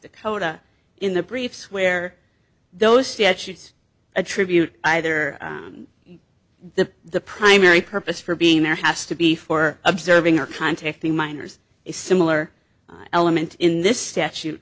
dakota in the briefs where those statutes attribute either the the primary purpose for being there has to be for observing or contacting minors a similar element in this statute